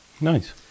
nice